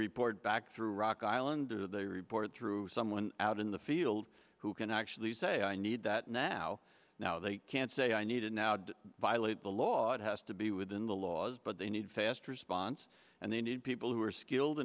report back through rock island or they report through someone out in the field who can actually say i need that now now they can say i need it now i'd violate the law it has to be within the laws but they need fast response and they need people who are skilled